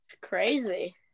Crazy